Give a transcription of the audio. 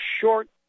short